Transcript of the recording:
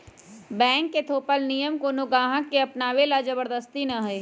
bank के थोपल नियम कोनो गाहक के अपनावे ला जबरदस्ती न हई